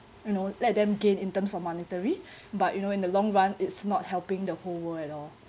you know let them gain in terms of monetary but you know in the long run it's not helping the whole world at all